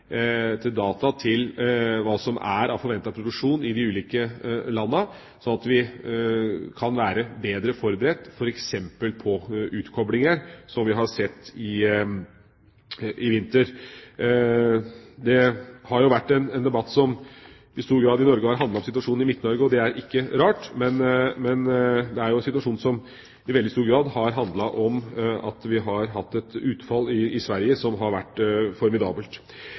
til data, hva som er av forventet produksjon i de ulike landene, sånn at vi kan være bedre forberedt f.eks. på utkoblinger, som vi har sett i vinter. Det har vært en debatt, som i Norge i stor grad har handlet om situasjonen i Midt-Norge, og det er ikke rart. Men det er en situasjon som i veldig stor grad har handlet om at vi har hatt et utfall i Sverige som har vært formidabelt.